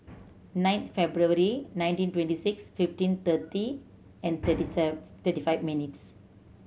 nine February nineteen twenty six fifteen thirty and thirty save thirty five minutes